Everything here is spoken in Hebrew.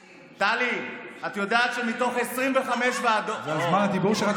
טלי, את יודעת שמתוך 25 ועדות, זה זמן הדיבור שלך.